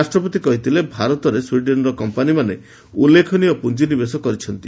ରାଷ୍ଟ୍ରପତି କହିଥିଲେ ଭାରତରେ ସ୍ପିଡେନ୍ର କମ୍ପାନୀମାନେ ଉଲ୍ଲେଖନୀୟ ପୁଞ୍ଜିନିବେଶ କରିଛନ୍ତି